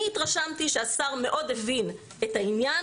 אני התרשמתי שהשר הבין מאוד את העניין